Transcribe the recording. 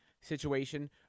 situation